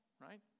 right